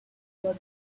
was